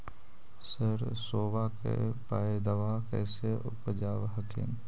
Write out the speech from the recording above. सरसोबा के पायदबा कैसे उपजाब हखिन?